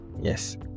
Yes